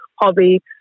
hobby